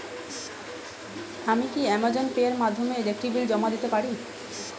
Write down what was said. আমি কি Amazon pay এর মাধ্যমে ইলেকট্রিক বিল জমা দিতে পারি?